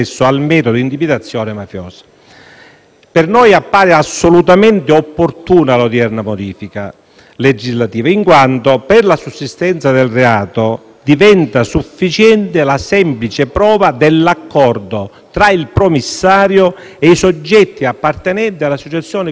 Per noi appare assolutamente opportuna l'odierna modifica legislativa, in quanto, per la sussistenza del reato, diventa sufficiente la semplice prova dell'accordo tra il promissario e i soggetti appartenenti all'associazione criminale. Questa è la novità